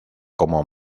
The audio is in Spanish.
como